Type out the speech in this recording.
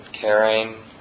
caring